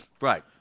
Right